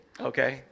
Okay